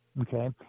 okay